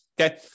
Okay